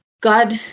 God